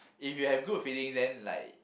if you have good feelings then like